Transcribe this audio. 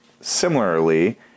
similarly